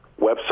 website